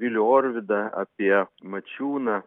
vilių orvidą apie mačiūną